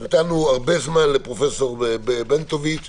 נתנו הרבה זמן לפרופ' בנטואיץ’.